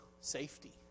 safety